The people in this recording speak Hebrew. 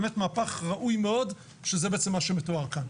באמת מהפך ראוי מאוד שזה בעצם מה שמתואר כאן.